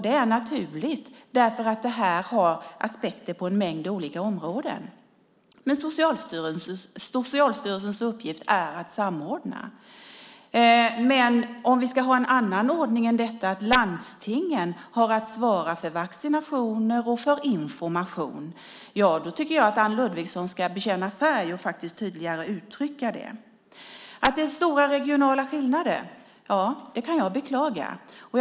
Det är naturligt, eftersom detta har aspekter på en mängd olika områden. Men Socialstyrelsens uppgift är att samordna. Ska vi ha en annan ordning än den att landstingen har att svara för vaccinationer och för information, då tycker jag att Anne Ludvigsson ska bekänna färg och faktiskt tydligare uttrycka det. Att det är stora regionala skillnader beklagar jag.